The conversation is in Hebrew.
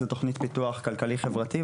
זו תוכנית פיתוח כלכלי-חברתי,